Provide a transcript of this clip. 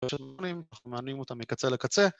‫אנחנו מאמנים אותם מקצה לקצה.